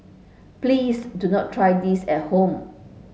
please do not try this at home